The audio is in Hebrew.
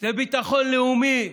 זה ביטחון לאומי,